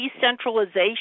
decentralization